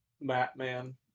Batman